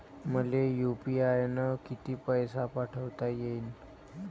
मले यू.पी.आय न किती पैसा पाठवता येईन?